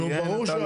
נו, ברור.